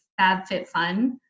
FabFitFun